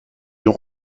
ont